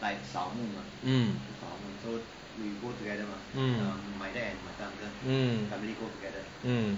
mm mm mm mm